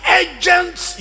agents